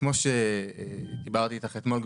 כמו שדיברתי איתך אתמול,